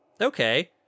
Okay